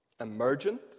emergent